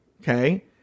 okay